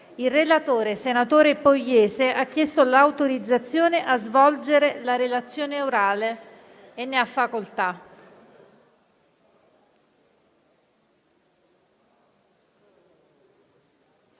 Il relatore, senatore Pogliese, ha chiesto l'autorizzazione a svolgere la relazione orale. Non facendosi